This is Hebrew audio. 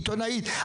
שהיא עיתונאית,